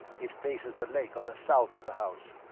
it faces the lake on the south of the house.